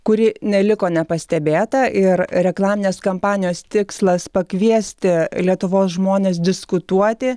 kuri neliko nepastebėta ir reklaminės kampanijos tikslas pakviesti lietuvos žmones diskutuoti